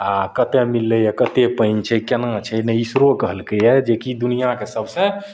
आओर कतऽ मिललइए कते पानि छै केना नहि छै नहि इसरो कहलकइए कि जे दुनिआँके सबसँ